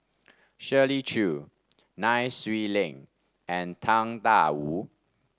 Shirley Chew Nai Swee Leng and Tang Da Wu